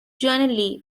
generally